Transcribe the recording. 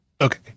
Okay